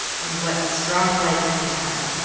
and what strong legs he had,